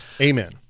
Amen